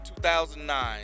2009